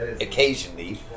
occasionally